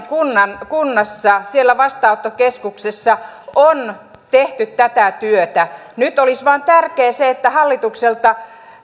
kunnassa kunnassa vastaanottokeskuksessa on tehty tätä työtä nyt olisi vain tärkeää se että hallituksella